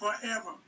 forever